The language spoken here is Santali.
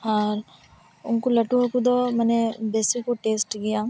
ᱟᱨ ᱩᱱᱠᱩ ᱞᱟᱹᱴᱩ ᱦᱟᱹᱠᱩ ᱫᱚ ᱢᱟᱱᱮ ᱵᱮᱥᱤ ᱠᱚ ᱴᱮᱹᱥᱴ ᱜᱮᱭᱟ